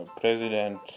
President